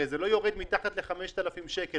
זה לא יורד מתחת ל-5,000 שקל,